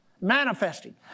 manifesting